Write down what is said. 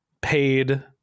paid